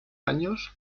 años